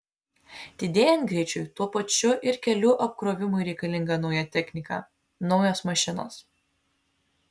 didėjant greičiui tuo pačiu ir kelių apkrovimui reikalinga nauja technika naujos mašinos